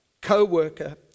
co-worker